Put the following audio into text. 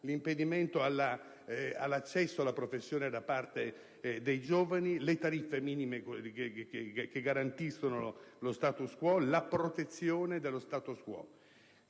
l'impedimento all'accesso alla professione da parte dei giovani, le tariffe minime che garantiscono lo *status quo*, la protezione dello *status quo*.